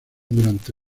durante